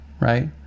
right